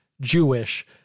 Jewish